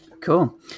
cool